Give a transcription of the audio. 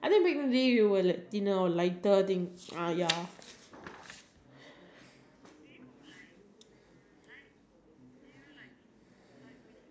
ya oh and then after that uh I jump to your C_C_A uh your volleyball is not a C_C_A I didn't join it eh it was Malay dance I think it was Malay dance